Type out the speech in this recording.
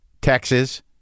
Texas